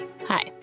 Hi